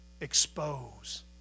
expose